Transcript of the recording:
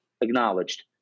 acknowledged